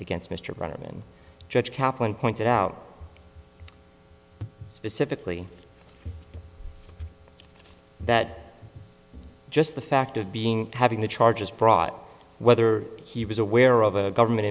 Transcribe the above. against mr brightman judge kaplan pointed out specifically that just the fact of being having the charges brought whether he was aware of a government